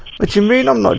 which remain on like